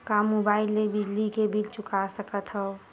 का मुबाइल ले बिजली के बिल चुका सकथव?